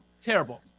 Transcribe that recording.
terrible